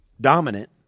dominant